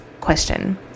question